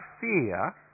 fear